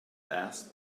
asked